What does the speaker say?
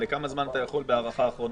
לכמה זמן אתה יכול להארכה אחרונה?